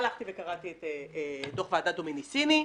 הלכתי וקראתי את דוח ועדת דומיניסיני,